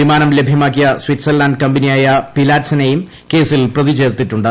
വിമാനം ലഭ്യമാക്കിയ സ്വിറ്റ്സർലണ്ട് കമ്പനിയായ പിലാറ്റസ്നെയും കേസിൽ പ്രതിചേർത്തിട്ടുണ്ട്